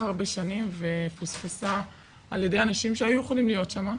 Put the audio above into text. הרבה שנים ופוספסה על ידי אנשים שהיו יכולים להיות שם,